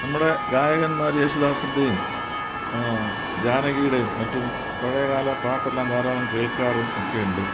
നമ്മടെ ഗായകന്മാർ യേശുദാസിൻ്റെയും ജാനകിയുടെയും മറ്റും പഴയകാല പാട്ടെല്ലാം ധാരാളം കേൾക്കാറും ഒക്കെയുണ്ട്